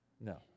No